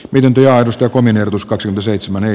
ylempi aidosta komin erotus kaksi gseitsemäny